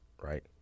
right